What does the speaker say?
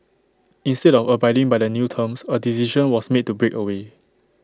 instead of abiding by the new terms A decision was made to break away